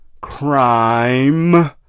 crime